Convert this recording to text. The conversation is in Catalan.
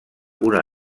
una